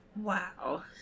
Wow